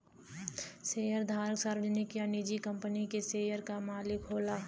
शेयरधारक सार्वजनिक या निजी कंपनी के शेयर क मालिक होला